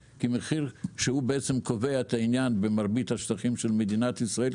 שהוא בעצם קובע את העניין במרבית השטחים של מדינת ישראל,